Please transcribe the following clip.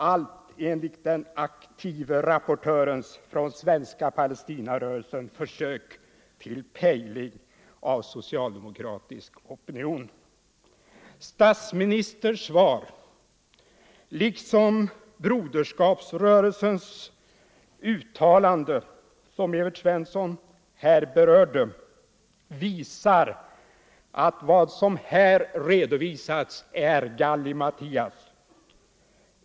Allt enligt den aktive rapportörens från svenska Palesti 137 narörelsen försök till pejling av socialdemokratisk opinion. Statsministerns svar liksom Broderskapsrörelsens uttalande, som Evert Svensson här berörde, visar att vad som här redovisas är gallimatias.